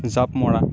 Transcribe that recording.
জাঁপ মৰা